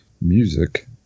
Music